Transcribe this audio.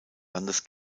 landes